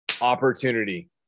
opportunity